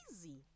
easy